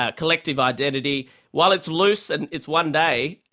ah collective identity while it's loose and it's one day,